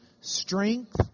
strength